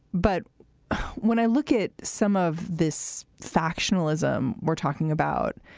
but when i look at some of this factionalism we're talking about.